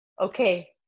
okay